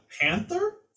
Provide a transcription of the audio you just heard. Panther